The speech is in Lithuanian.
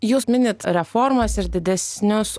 jūs minit reformas ir didesnius